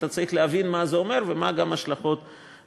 אתה צריך להבין מה זה אומר ומה ההשלכות בהמשך.